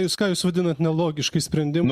jūs ką jūs vadinate nelogiškais sprendimais